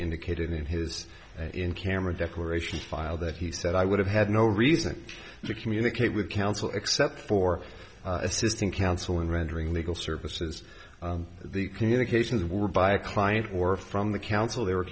indicated in his in camera declaration file that he said i would have had no reason to communicate with counsel except for assisting counsel in rendering legal services the communications were by a client or from the counsel the